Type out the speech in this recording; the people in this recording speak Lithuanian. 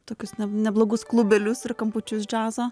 tokius neblogus klubelius ir kampučius džiazo